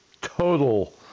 total